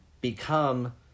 become